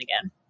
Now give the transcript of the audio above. again